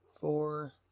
four